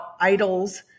idols